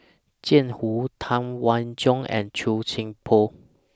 Jiang Hu Tam Wai Jia and Chua Thian Poh